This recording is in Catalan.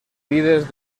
vides